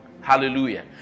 Hallelujah